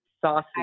saucy